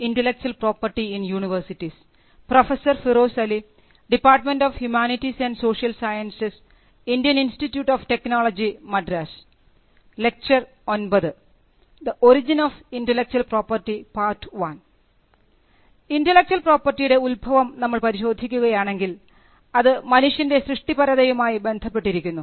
intellectual പ്രോപ്പർട്ടിയുടെ ഉൽഭവം നമ്മൾ പരിശോധിക്കുകയാണെങ്കിൽ അത് മനുഷ്യൻറെ സൃഷ്ടിപരതയുമായി ബന്ധപ്പെട്ടിരിക്കുന്നു